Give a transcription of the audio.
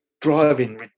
driving